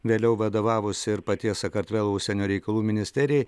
vėliau vadovavusi ir paties sakartvelo užsienio reikalų ministerijai